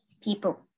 people